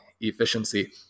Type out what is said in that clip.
efficiency